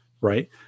right